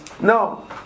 No